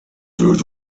did